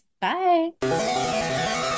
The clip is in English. Bye